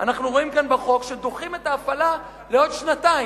אנחנו רואים כאן בחוק שדוחים את ההפעלה לעוד שנתיים,